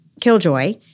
Killjoy